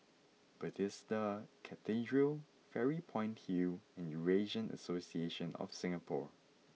Bethesda Cathedral Fairy Point Hill and Eurasian Association of Singapore